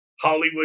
Hollywood